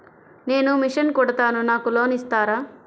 నేను మిషన్ కుడతాను నాకు లోన్ ఇస్తారా?